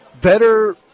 better –